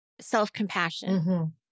self-compassion